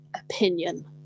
opinion